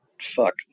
fuck